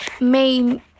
main